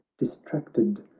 distracted,